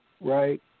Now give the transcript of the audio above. right